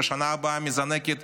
ובשנה הבאה היא מזנקת